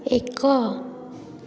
ଏକ